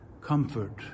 Comfort